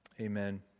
amen